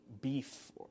beef